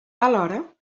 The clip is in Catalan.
alhora